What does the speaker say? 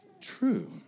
true